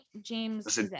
james